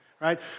right